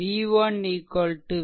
v1 v